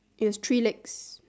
it has three legs